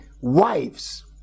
wives